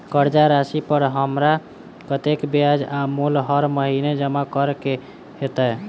कर्जा राशि पर हमरा कत्तेक ब्याज आ मूल हर महीने जमा करऽ कऽ हेतै?